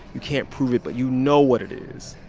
you can't prove it, but you know what it is.